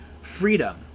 Freedom